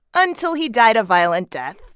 until he died a violent death,